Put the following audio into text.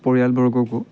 পৰিয়ালবৰ্গকো